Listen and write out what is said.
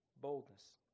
Boldness